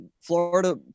Florida